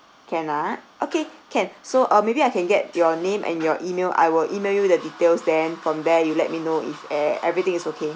can ah okay can so uh maybe I can get your name and your email I will email you the details then from there you let me know if e~ everything is okay